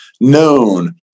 known